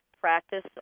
practice